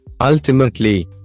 Ultimately